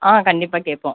ஆ கண்டிப்பாக கேட்போம்